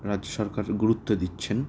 রাজ্য সরকার গুরুত্ব দিচ্ছেন